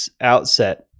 outset